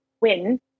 win